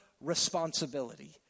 responsibility